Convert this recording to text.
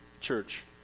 church